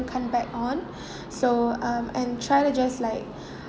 come back on so um and try to just like